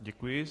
Děkuji.